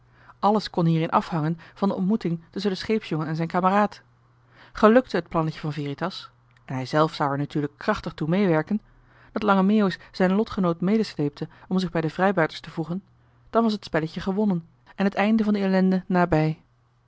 alles kon hierin afhangen van de ontmoeting tusschen den scheepsjongen en zijn kameraad gelukte het plannetje van veritas en hij-zelf zou er natuurlijk krachtig toe meewerken dat lange meeuwis zijn lotgenoot medesleepte om zich bij de vrijbuiters te voegen dan was het spelletje gewonnen en het einde van die ellende nabij